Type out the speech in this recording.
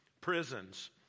prisons